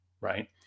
right